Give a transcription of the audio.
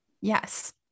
Yes